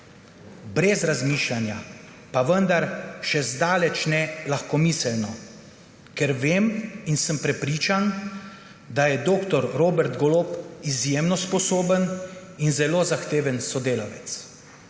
Brez razmišljanja, pa vendar še zdaleč ne lahkomiselno, ker vem in sem prepričan, da je dr. Robert Golob izjemno sposoben in zelo zahteven sodelavec.